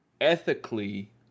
ethically